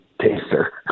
taster